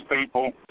people